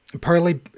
partly